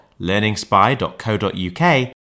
learningspy.co.uk